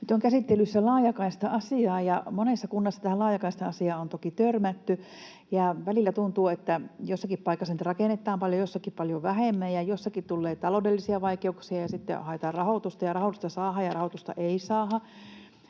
Nyt on käsittelyssä laajakaista-asia, ja monessa kunnassa tähän laajakaista-asiaan on toki törmätty, ja välillä tuntuu, että jossakin paikassa niitä rakennetaan paljon, jossakin paljon vähemmän ja jossakin tulee taloudellisia vaikeuksia ja sitten haetaan rahoitusta ja rahoitusta saadaan ja rahoitusta ei saada,